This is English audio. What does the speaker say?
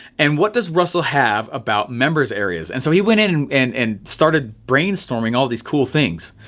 and what does russell have about members areas and so he went in and and started brainstorming all these cool things.